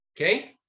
okay